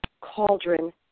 cauldron